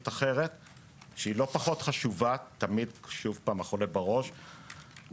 החולה תמיד בראש,